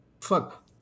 Fuck